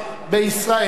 בישראל.